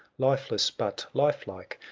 lifeless, but life-like,